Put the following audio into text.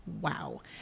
Wow